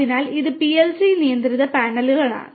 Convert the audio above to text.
അതിനാൽ ഇത് PLC നിയന്ത്രണ പാനലാണ്